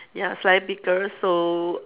ya slightly bigger so